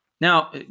Now